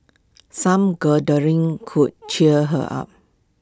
some cuddling could cheer her up